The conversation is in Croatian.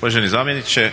Uvaženi zamjeniče,